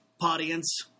audience